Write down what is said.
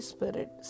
Spirit